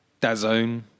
Dazone